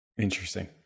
Interesting